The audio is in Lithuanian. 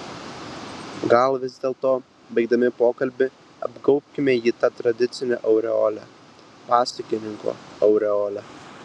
gal vis dėlto baigdami pokalbį apgaubkime jį ta tradicine aureole pasakininko aureole